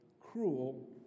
cruel